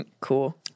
Cool